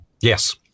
Yes